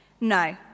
No